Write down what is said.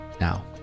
Now